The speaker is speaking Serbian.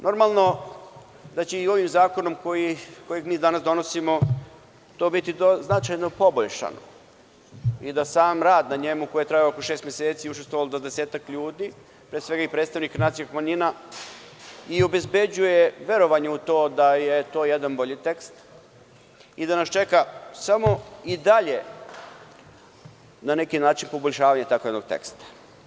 Normalno je da će ovim zakonom koji danas donosimo to biti značajno poboljšano i da sam rad na njemu, koji je trajao oko šest meseci i učestvovalo je dvadesetak ljudi, pre svega i predstavnik nacionalnih manjina, i obezbeđuje verovanje u to da je to jedan bolji tekst i da nas čeka i dalje poboljšavanje takvog jednog teksta.